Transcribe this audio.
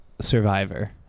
Survivor